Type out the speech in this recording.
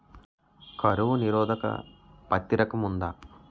కరువు నిరోధక పత్తి రకం ఉందా?